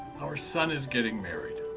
our son is getting married.